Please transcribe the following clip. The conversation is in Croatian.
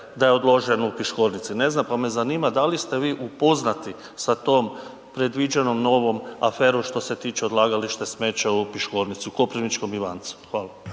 da je odložen u Piškornici. Ne znam, pa me zanima da li ste vi upoznati sa tom predviđenom novom aferom što se tiče odlagališta smeća u Piškornicu, u Koprivničkom Ivancu? Hvala.